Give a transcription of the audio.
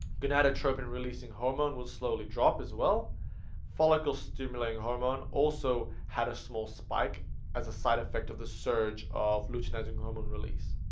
gonadotropin releasing hormone will slowly drop as well follicle stimulating hormone also had a small spike as a side effect of the surge of luteinizing hormone release